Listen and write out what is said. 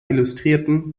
illustrierten